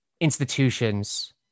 institutions